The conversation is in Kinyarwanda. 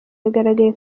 yagaragaye